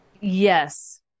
yes